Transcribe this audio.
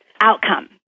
outcome